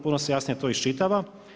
Puno se jasnije to iščitava.